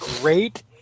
great